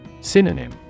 Synonym